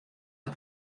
der